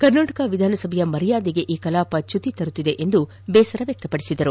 ಕರ್ನಾಟಕ ವಿಧಾನಸಭೆಯ ಮರ್ಯಾದೆಗೆ ಈ ಕಲಾಪ ಚ್ಯುತಿ ತರುತ್ತಿದೆ ಎಂದು ಬೇಸರ ವ್ಯಕ್ತಪದಿಸಿದರು